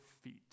feet